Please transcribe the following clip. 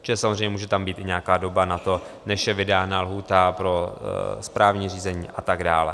Protože samozřejmě může tam být i nějaká doba na to, než je vydána lhůta pro správní řízení a tak dále.